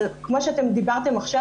כמו שאתם דיברתם עכשיו,